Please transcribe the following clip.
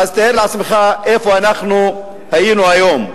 אז תאר לעצמך איפה אנחנו היינו היום.